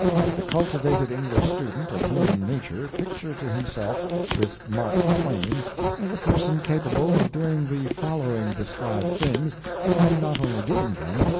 let the cultivated english student of human nature picture to himself this mark twain as a person capable of doing the following-described things and not only doing them,